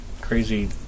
crazy